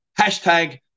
Hashtag